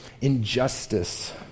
injustice